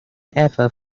ever